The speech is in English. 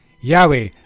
Yahweh